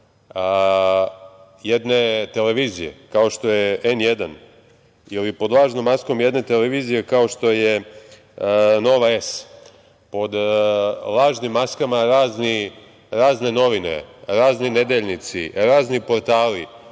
jedne televizije kao što je „N1“ ili pod lažnom maskom jedne televizije kao što je „Nova S“, pod lažnim maskama razne novine, razni nedeljnici, razni portali